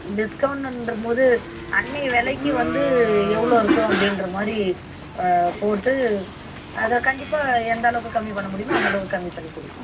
டிஸ்கௌண்ட்டுன்றம்போது அன்றையை விலைக்கு வந்து எவ்வளோ இருக்கும் அப்படின்ற மாதிரி போட்டு அதை கண்டிப்பாக எந்த அளவுக்கு கம்மி பண்ண முடியுமோ அந்த அளவு கம்மி பண்ணி கொடுக்குறோம்